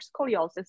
scoliosis